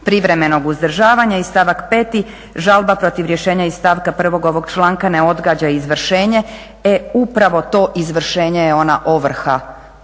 privremenog uzdržavanja i stavak 5., žalba protiv rješenja iz stavka 1. ovog članka ne odgađa izvršenje, e upravo to izvršenje je ona ovrha